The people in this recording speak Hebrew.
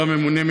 מבין,